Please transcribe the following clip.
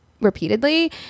repeatedly